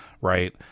right